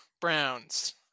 Browns